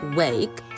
wake